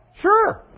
Sure